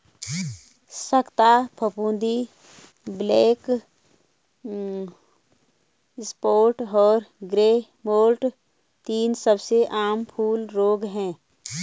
ख़स्ता फफूंदी, black spot और ग्रे मोल्ड तीन सबसे आम फूल रोग हैं